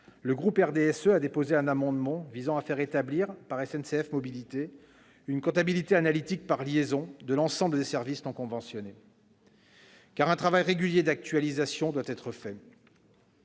le groupe du RDSE a déposé un amendement visant à faire établir par SNCF Mobilités une comptabilité analytique par liaison de l'ensemble des services non conventionnés, car un travail régulier d'actualisation doit être fait.